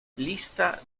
lista